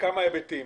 מכמה היבטים.